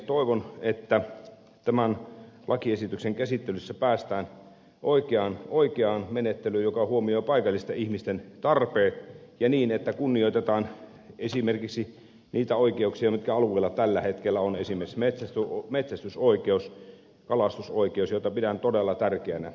toivon että tämän lakiesityksen käsittelyssä päästään oikeaan menettelyyn joka huomioi paikallisten ihmisten tarpeet ja niin että kunnioitetaan esimerkiksi niitä oikeuksia mitkä alueella tällä hetkellä ovat esimerkiksi metsästysoikeus kalastusoikeus joita pidän todella tärkeinä